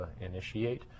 initiate